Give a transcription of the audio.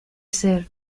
ser